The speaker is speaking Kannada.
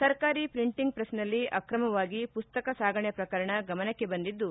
ಸರ್ಕಾರಿ ಪ್ರಿಂಟಿಂಗ್ ಪ್ರೆಸ್ನಲ್ಲಿ ಅಕ್ರಮವಾಗಿ ಮಸ್ತಕ ಸಾಗಣೆ ಪ್ರಕರಣ ಗಮನಕ್ಕೆ ಬಂದಿದ್ದು